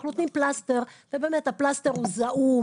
אנחנו נותנים פלסטר, ובאמת הפלסטר הוא זעום.